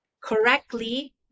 correctly